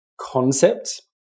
concept